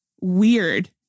weird